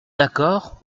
d’accord